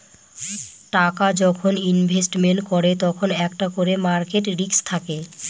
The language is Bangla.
টাকা যখন ইনভেস্টমেন্ট করে তখন একটা করে মার্কেট রিস্ক থাকে